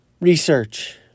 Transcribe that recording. research